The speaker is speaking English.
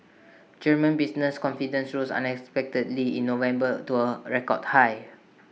German business confidence rose unexpectedly in November to A record high